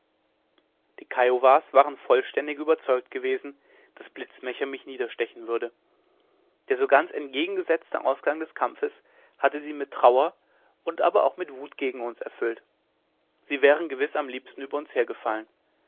die kiowas waren vollständig überzeugt gewesen daß blitzmesser mich niederstechen würde der so ganz entgegengesetzte ausgang des kampfes hatte sie mit trauer und aber auch mit wut gegen uns erfüllt sie wären gewiß am liebsten über uns hergefallen